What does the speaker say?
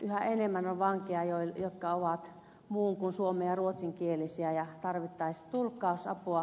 yhä enemmän on vankeja jotka ovat muun kuin suomen tai ruotsinkielisiä ja tarvittaisiin tulkkausapua